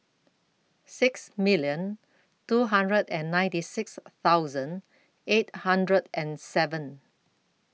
six million two hundred and ninety six thousand eight hundred and seven